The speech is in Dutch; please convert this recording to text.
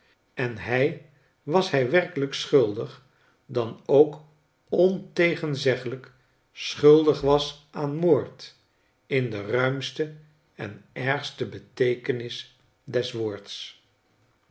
en hij was hi werkelijk schuldig dan ook ontegenzeglyk schuldig was aan moord in de ruimste en ergste beteekenis des woords